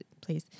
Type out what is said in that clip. please